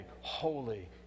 holy